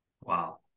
Wow